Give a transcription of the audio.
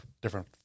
different